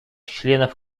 членов